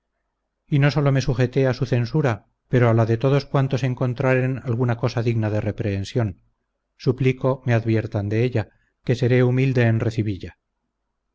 y no sólo me sujeté a su censura pero a la de todos cuantos encontraren alguna cosa digna de reprehensión suplico me adviertan de ella que seré humilde en recibilla